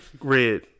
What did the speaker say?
red